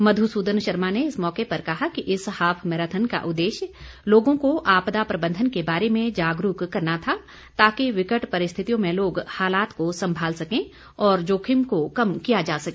मध्य सूदन शर्मा ने इस मौके पर कहा कि इस हाफ मैराथन का उददेश्य लोगों को आपदा प्रबंधन के बारे में जागरूक करना था ताकि विकट परिस्थितियों में लोग हालात को संभाल सकें और जोखिम को कम किया जा सके